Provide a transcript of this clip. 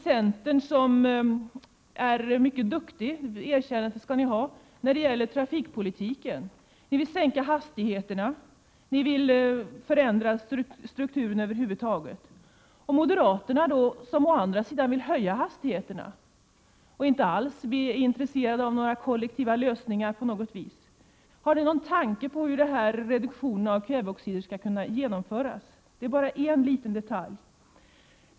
Centern är mycket duktig — det erkännandet skall ni ha — när det gäller trafikpolitiken. Ni vill sänka hastigheterna, och ni vill förändra strukturen över huvud taget. Prot. 1987/88:134 Moderaterna, å andra sidan, vill höja hastigheterna och är inte alls 6 juni 1988 intresserade av några kollektiva lösningar av trafikproblemen. Har ni någon tanke på hur reduktionen av kväveoxiderna skall kunna genomföras? Det är bara en liten detalj.